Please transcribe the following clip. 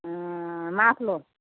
माथ्लो